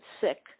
sick